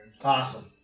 Awesome